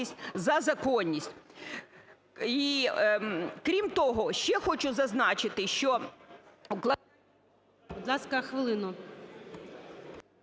за законність. Крім того, ще хочу зазначити, що...